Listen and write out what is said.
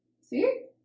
See